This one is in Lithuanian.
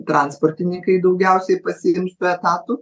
transportininkai daugiausiai pasiims tų etatų